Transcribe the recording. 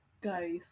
Guys